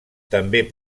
també